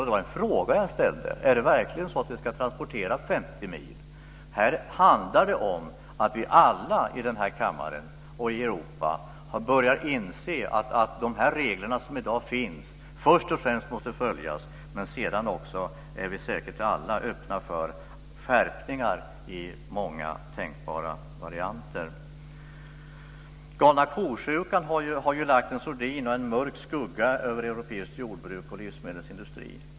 Det var en fråga jag ställde: Är det verkligen så att vi ska transportera djuren 50 mil? Det handlar om att vi alla här i kammaren, och i Europa, börjar inse att de regler som i dag finns först och främst måste följas. Sedan är vi alla säkert också öppna för många tänkbara varianter av skärpningar. Galna ko-sjukan har kastat en mörk skugga över europeiskt jordbruk och livsmedelsindustri.